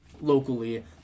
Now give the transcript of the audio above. locally